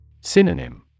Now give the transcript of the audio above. Synonym